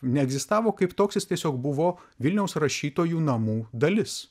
neegzistavo kaip toks jis tiesiog buvo vilniaus rašytojų namų dalis